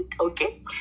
Okay